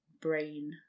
brain